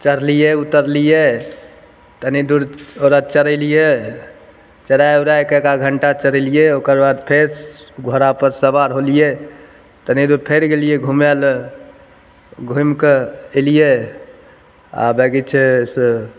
चढ़लिए उतरलिए तनि दूर ओकरा चरेलिए चरै उरैके एका घण्टा चरेलिए ओकर बाद फेर घोड़ापर सवार होलिए तनि दूर फेर गेलिए घुमैले घुमिके अएलिए आओर बैगी छै से